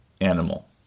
animal